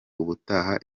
ubutaha